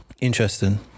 Interesting